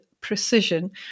precision